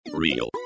real